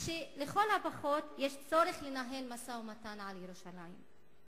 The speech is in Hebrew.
שלכל הפחות יש צורך לנהל משא-ומתן על ירושלים.